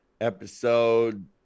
episode